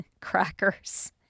crackers